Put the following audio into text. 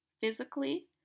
physically